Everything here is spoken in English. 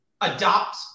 adopt